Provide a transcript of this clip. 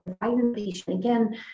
Again